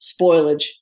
spoilage